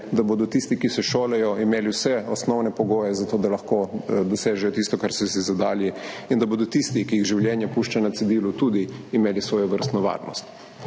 da bodo tisti, ki se šolajo, imeli vse osnovne pogoje za to, da lahko dosežejo tisto, kar so si zadali, in da bodo tisti, ki jih življenje pušča na cedilu, tudi imeli svojevrstno varnost.